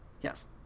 Yes